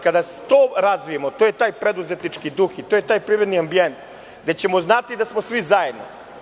Kada to razvijemo, to je taj preduzetnički duh i to je taj privredni ambijent gde ćemo znati da smo svi zajedno.